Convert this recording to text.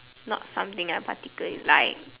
not something I particularly like